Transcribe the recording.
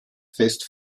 fest